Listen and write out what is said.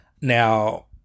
Now